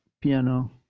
piano